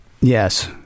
yes